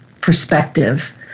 perspective